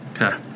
Okay